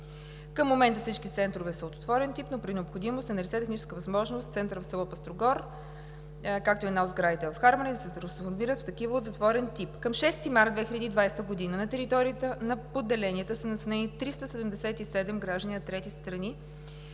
Към момента всички центрове са от отворен тип, но при необходимост е налице техническа възможност Центърът в село Пъстрогор, както и една от сградите в Харманли, да се трансформират в такива от затворен тип. Към 6 март 2020 г. на територията на поделенията са настанени 377 граждани от трети страни